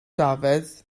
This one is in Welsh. dafydd